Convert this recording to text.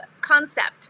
concept